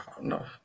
No